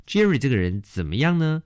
Jerry这个人怎么样呢